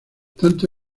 tanto